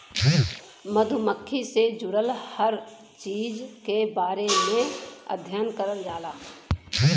मधुमक्खी से जुड़ल हर चीज के बारे में अध्ययन करल जाला